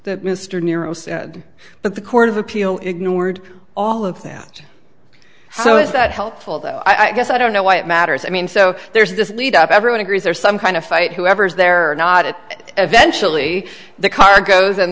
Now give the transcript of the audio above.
that mr niro said but the court of appeal ignored all of that how is that helpful that i guess i don't know why it matters i mean so there's this lead up everyone agrees there's some kind of fight whoever's there or not it but eventually the car goes and